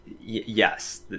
yes